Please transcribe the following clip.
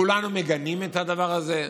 כולנו מגנים את הדבר הזה,